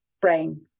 brain